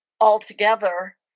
altogether